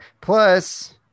Plus